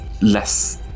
less